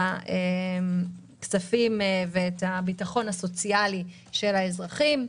הכספים ואת הביטחון הסוציאלי של האזרחים.